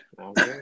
Okay